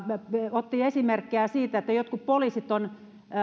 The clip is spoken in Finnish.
otti esimerkkejä siitä että jotkut poliisit ovat